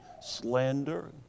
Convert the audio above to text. slander